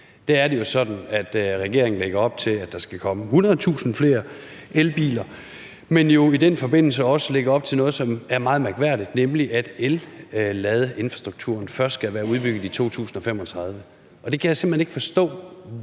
er det jo sådan, at regeringen lægger op til, at der skal komme 100.000 flere elbiler, men jo i den forbindelse også lægger op til noget, som er meget mærkværdigt, nemlig at elladeinfrastrukturen først skal være udbygget i 2035. Jeg kan simpelt hen ikke forstå,